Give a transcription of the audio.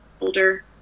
older